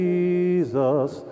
Jesus